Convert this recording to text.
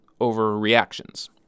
overreactions